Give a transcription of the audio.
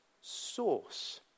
source